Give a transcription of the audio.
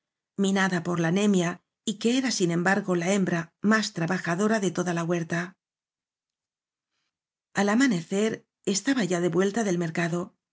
minada por la anemia y que era sin em bargo la hembra más trabajado ra de toda la í huerta al amanecer estaba ya de vuelta del mercado